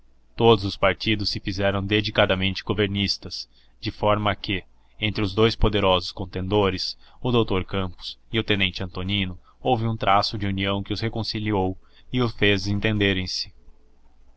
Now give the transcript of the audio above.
todos os partidos se fizeram dedicadamente governistas de forma que entre os dous poderosos contendores o doutor campos e o tenente antonino houve um traço de união que os reconciliou e os fez entenderem se ao